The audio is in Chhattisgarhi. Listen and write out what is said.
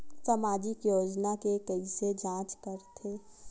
सामाजिक योजना के कइसे जांच करथे?